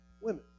Women